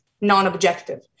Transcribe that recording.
non-objective